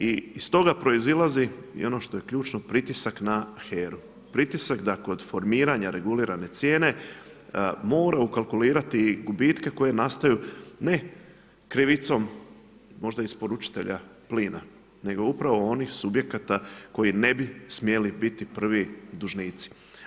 I iz toga proizlazi i ono što je ključno, pritisak na HERA-u, pritisak da kod formiranja regulirane cijene mora ukalkulirati i gubitke koje nestaju ne krivicom, možda isporučitelja plina, nego upravo onih subjekata koji ne bi smjeli biti prvi dužnici.